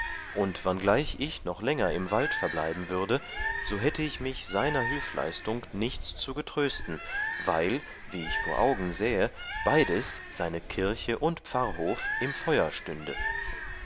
und wanngleich ich noch länger im wald verbleiben würde so hätte ich mich seiner hülfleistung nichts zu getrösten weil wie ich vor augen sähe beides seine kirche und pfarrhof im feur stünde